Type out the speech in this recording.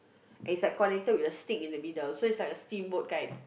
and it's like connected with a stick in the middle so it's like a steamboat kind